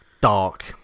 dark